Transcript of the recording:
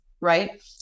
right